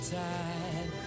time